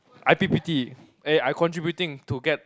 i_p_p_t eh I contributing to get